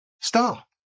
Stop